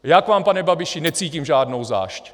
Já k vám, pane Babiši, necítím žádnou zášť.